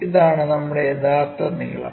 ഇതാണ് നമ്മുടെ യഥാർത്ഥ നീളം